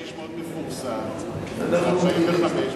איש מאוד מפורסם בגיל 45,